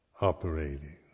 operating